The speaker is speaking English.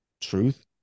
truth